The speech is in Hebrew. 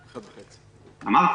אמרתי.